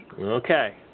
Okay